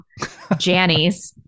jannies